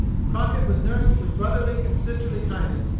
crockett was nursed with brotherly and sisterly kindness,